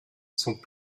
sont